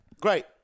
Great